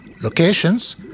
locations